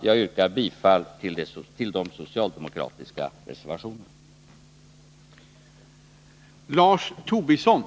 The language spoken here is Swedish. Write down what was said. Jag yrkar bifall till de socialdemokratiska reservationerna.